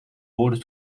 woorden